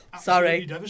Sorry